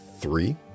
three